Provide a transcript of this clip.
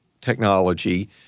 technology